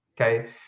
Okay